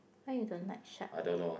why you don't like shark